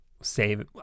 save